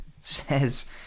says